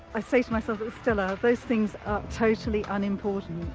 i say to myself stella, those things are totally unimportant,